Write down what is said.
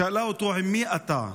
שאלה אותו: עם מי אתה,